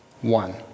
one